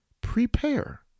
prepare